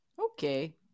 Okay